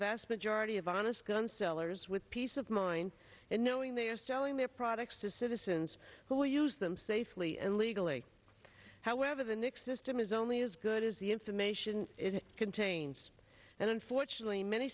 vast majority of honest gun sellers with peace of mind knowing they are selling their products to citizens who will use them safely and legally however the nics system is only as good as the information it contains and unfortunately many